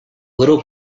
little